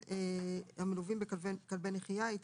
ילדים,